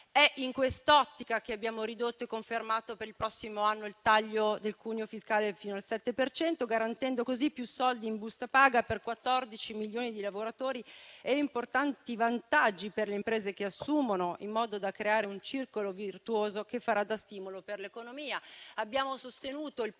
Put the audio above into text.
È in quest'ottica che abbiamo ridotto e confermato per il prossimo anno il taglio del cuneo fiscale fino al 7 per cento, garantendo così più soldi in busta paga per 14 milioni di lavoratori e importanti vantaggi per le imprese che assumono, in modo da creare un circolo virtuoso che farà da stimolo per l'economia.